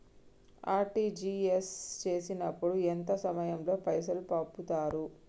RTGS చేసినప్పుడు ఎంత సమయం లో పైసలు పంపుతరు?